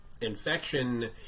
infection